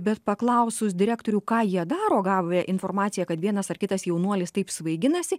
bet paklausus direktorių ką jie daro gavę informaciją kad vienas ar kitas jaunuolis taip svaiginasi